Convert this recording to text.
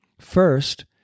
First